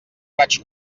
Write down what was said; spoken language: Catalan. vaig